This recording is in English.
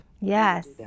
yes